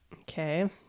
Okay